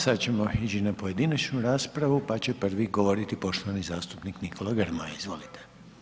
Sad ćemo ići na pojedinačnu raspravu, pa će prvi govoriti poštovani zastupnik Nikola Grmoja, izvolite.